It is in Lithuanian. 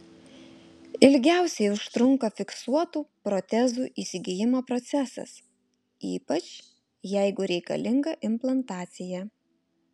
ilgiausiai užtrunka fiksuotų protezų įsigijimo procesas ypač jeigu reikalinga implantacija